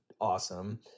awesome